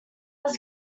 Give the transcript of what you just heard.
was